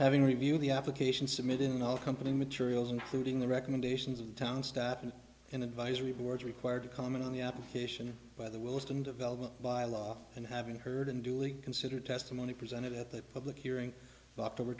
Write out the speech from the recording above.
having reviewed the application submitted and all company materials including the recommendations of the town staff and an advisory board required to comment on the application by the wisdom development by law and having heard and duly considered testimony presented at the public hearing october